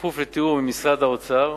בכפוף לתיאום עם משרד האוצר,